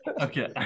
Okay